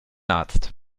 arzt